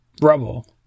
rubble